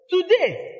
Today